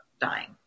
dying